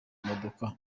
modoka